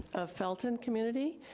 of felton community,